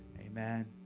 Amen